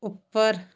ਉੱਪਰ